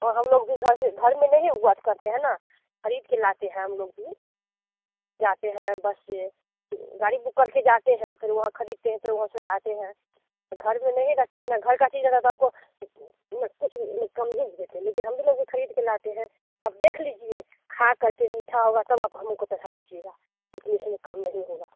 और हम लोग भी घर से घर में नहीं उगा के करते हैं ना खरीद के लाते हैं हम लोग भी जाते हैं बस से गाड़ी बुक कर के जाते हैं फिर वहाँ खरीदते हैं तो वहाँ से लाते हैं घर में नहीं रखते हैं ना घर का चीज़ अगर आपको कुछ भी कम ही में देते हैं लेकिन हम भी लोग भी खरीद कर लाते हैं अब देख लीजिए खाकर के मीठा होगा तब आप हमको पैसा दीजिएगा लेकिन इसमें कम नहीं होगा